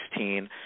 2016